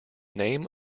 name